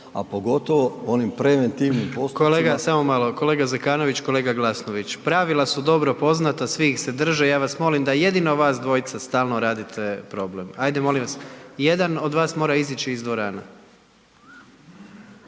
a pogotovo onim preventivnim … **Jandroković, Gordan (HDZ)** Kolega, samo malo, kolega Zekanović, kolega Glasnović. Pravila su dobro poznata, svi ih se drže. Ja vas molim da jedino vas dvojica stalno radite problem. Hajde molim vas, jedan od vas mora izići iz dvorane.